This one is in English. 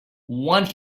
one